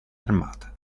armata